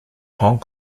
hong